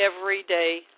everyday